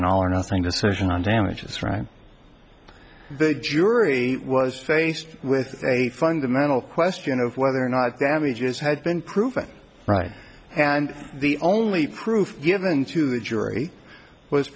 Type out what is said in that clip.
an all or nothing decision on damages right big jury was faced with a fundamental question of whether or not damages had been proven right and the only proof given to the jury was